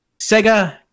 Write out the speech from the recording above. Sega